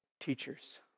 teachers